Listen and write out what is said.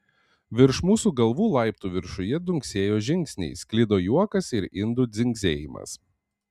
virš mūsų galvų laiptų viršuje dunksėjo žingsniai sklido juokas ir indų dzingsėjimas